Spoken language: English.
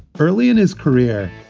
early in his career,